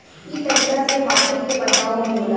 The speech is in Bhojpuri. इ तरीका से माटी के बचाव भी होला